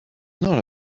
not